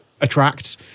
attracts